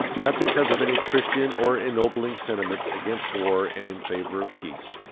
not because of any christian or ennobling sentiment against war and in favor of peace,